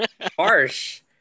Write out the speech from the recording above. harsh